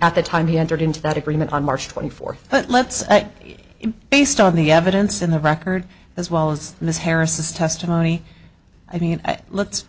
at the time he entered into that agreement on march twenty fourth but let's say based on the evidence in the record as well as ms harris testimony i mean let's